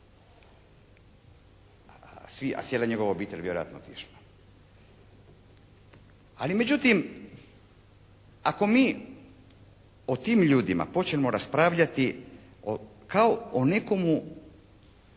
je njegova obitelj vjerojatno otišla. Ali međutim, ako mi o tim ljudima počnemo raspravljati kao o nekomu